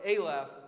Aleph